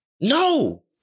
No